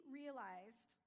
realized